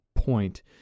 point